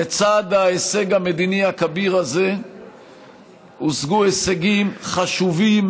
לצד ההישג המדיני הכביר הזה הושגו הישגים חשובים